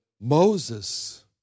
Moses